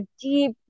deep